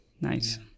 nice